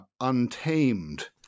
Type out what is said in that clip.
untamed